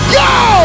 go